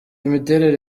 imiterere